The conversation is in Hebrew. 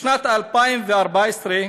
בשנת 2014,